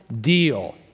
deal